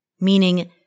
meaning